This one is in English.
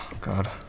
God